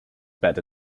bed